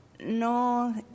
no